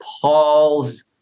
Paul's